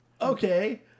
Okay